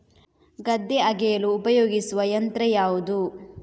ಗದ್ದೆ ಅಗೆಯಲು ಉಪಯೋಗಿಸುವ ಯಂತ್ರ ಯಾವುದು?